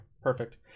Perfect